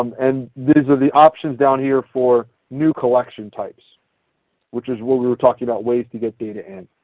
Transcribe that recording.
um and these are the options down here for new collection types which is when we were talking about ways to get data in.